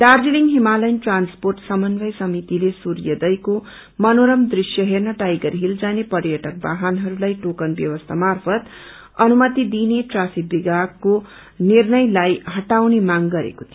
Darjeeling Himalayan transport समन्वय समितिले सूर्योदयको मनोरम दृश्य हेर्न टाइगर हील जाने पर्यटक वाहनहरूलाई टोकन ब्यवस्था र्माफत अनुमति दिने ट्राफिक विभागको निर्णयलाई हटाउने मांग गरेको थियो